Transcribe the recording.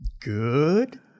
Good